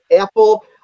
Apple